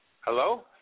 Hello